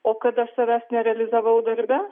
o kada savęs nerealizavau darbe